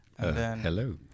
Hello